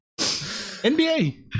NBA